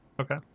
Okay